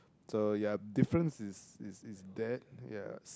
so ya difference is is is that ya